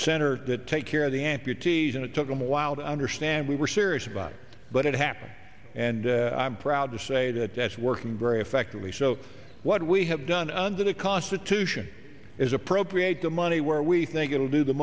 center that take care of the amputees and it took them a while to understand we were serious about it but it happened and i'm proud to say that that's working very effectively so what we have done under the constitution is appropriate the money where we think it will do the